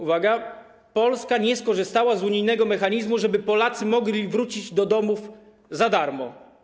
Uwaga, Polska nie skorzystała z unijnego mechanizmu, żeby Polacy mogli wrócić do domów za darmo.